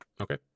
Okay